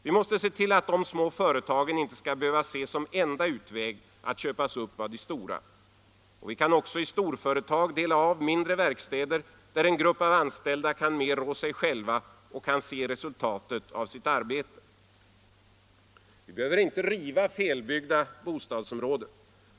Vi måste se till att de små företagen inte skall behöva se som enda utväg att köpas upp av de stora. Vi kan också i storföretag dela av mindre verkstäder, där en grupp av anställda mer kan rå sig själva och kan se resultatet av sitt arbete. Vi behöver inte riva felbyggda bostadsområden.